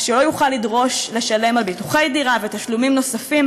שלא יוכל לדרוש לשלם על ביטוחי דירה ותשלומים נוספים,